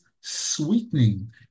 sweetening